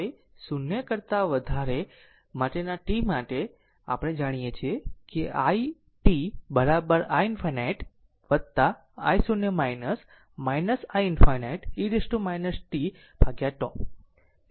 હવે 0 કરતા વધારેના t માટે આપણે જાણીએ છીએ કે i t i ∞ i0 i ∞ e t tτ